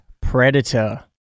Predator